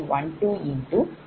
2712X1